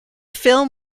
film